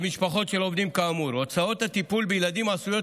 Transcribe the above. במשפחות של עובדים כאמור הוצאות הטיפול בילדים עשויות